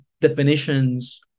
definitions